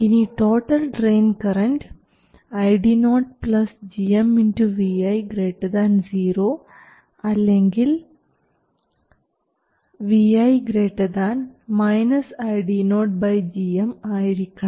ഇനി total drain current ID0 gmvi 0 അല്ലെങ്കിൽ vi ID0 gm ആയിരിക്കണം